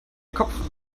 kopf